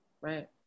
Right